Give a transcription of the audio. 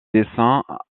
dessins